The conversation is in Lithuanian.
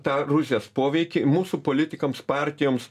tą rusijas poveikį mūsų politikams partijoms